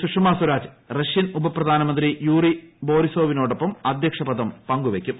Sushma Swaraj Russian ഉപ പ്രധാനമന്ത്രി Yuri ബോറിസോവിനോടൊപ്പം അദ്ധ്യക്ഷപദം പങ്കുവയ്ക്കും